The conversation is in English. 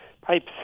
pipes